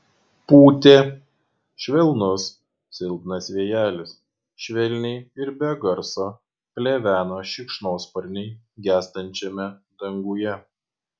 pūtė švelnus silpnas vėjelis švelniai ir be garso pleveno šikšnosparniai gęstančiame danguje